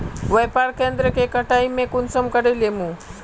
व्यापार केन्द्र के कटाई में कुंसम करे लेमु?